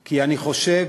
כי אני חושב,